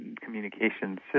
communication